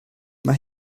mae